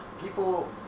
people